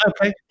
Okay